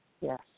Yes